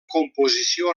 composició